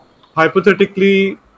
hypothetically